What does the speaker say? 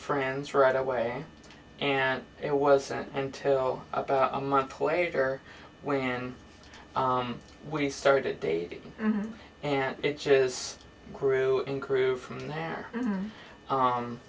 friends right away and it wasn't until about a month later when we started dating and it just grew and grew from there